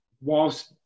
Whilst